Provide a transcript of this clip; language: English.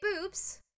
boobs